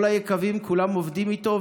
כל היקבים כולם עובדים איתו,